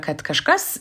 kad kažkas